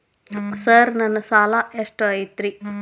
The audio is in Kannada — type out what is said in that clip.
ಸರ್ ನನ್ನ ಸಾಲಾ ಎಷ್ಟು ಐತ್ರಿ?